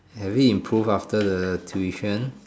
have you improved after the tuition